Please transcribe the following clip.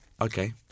Okay